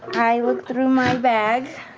i look through my bag.